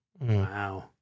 Wow